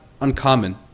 uncommon